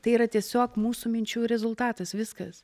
tai yra tiesiog mūsų minčių rezultatas viskas